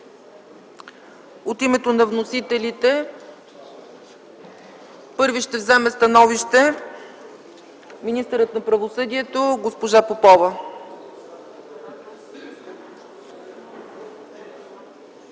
От името на вносителите първа ще вземе становище министърът на правосъдието госпожа Попова.